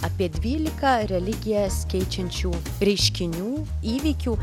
apie dvylika religijas keičiančių reiškinių įvykių